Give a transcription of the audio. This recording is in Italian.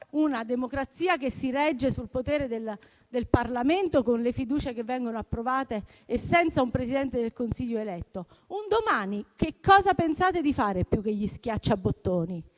una democrazia che si regge sul potere del Parlamento, con le fiducie che vengono approvate e senza un Presidente del Consiglio eletto. Ma un domani che cosa pensate di fare più che gli schiaccia bottoni?